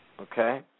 Okay